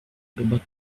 but